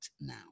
now